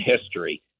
history